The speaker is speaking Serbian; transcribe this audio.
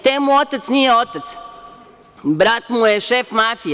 Te mu otac nije otac, brat mu je šef mafije.